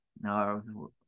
No